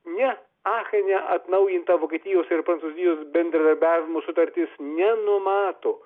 ne achene atnaujinta vokietijos ir prancūzijos bendradarbiavimo sutartis nenumato